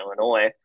Illinois